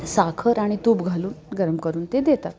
साखर आणि तूप घालून गरम करून ते देतात